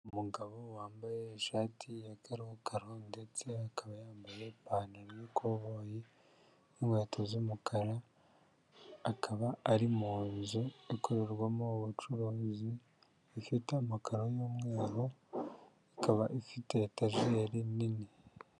Umugabo wambaye ishati ya karo karo ndetse akaba yambaye ipantaro y'ikoboyi n'inkweto z'umukara, akaba ari mu nzu ikorerwamo ubucuruzi, ifite amakaro y'umweru, ikaba ifite etajeri nini.